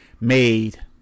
made